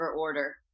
order